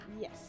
Yes